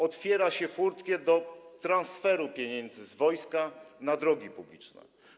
Otwiera się furtkę do transferu pieniędzy z wojska na drogi publiczne.